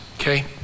Okay